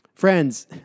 Friends